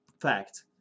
Fact